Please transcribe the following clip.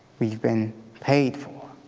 we've been paid for.